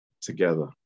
together